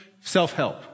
Self-help